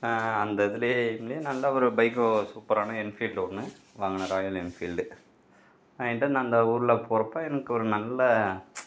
அந்த இதிலையே எயிம்லேயே நல்ல ஒரு பைக்கு சூப்பரான என்ஃபீல்டு ஒன்று வாங்கினேன் ராயல் என்ஃபீல்டு வாங்கிட்டு நாங்கள் ஊரில் போகிறப்போ எனக்கு ஒரு நல்ல